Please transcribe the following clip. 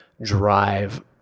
drive